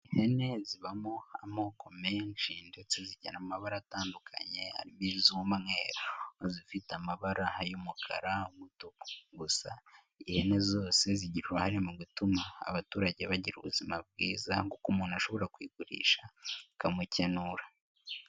ihene zibamo amoko menshi ndetse zigira amabara atandukanye arimo iz'umweru, izifite amabara y'umukara, mutuku, gusa ihene zose zigira uruhare mu gutuma abaturage bagira ubuzima bwiza kuko umuntu ashobora kuyigurisha ikamukenura.